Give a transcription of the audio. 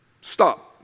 Stop